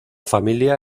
familia